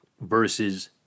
versus